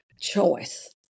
choice